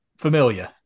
Familiar